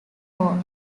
wall